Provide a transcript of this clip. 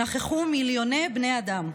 נכחו מיליוני בני האדם.